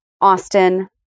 Austin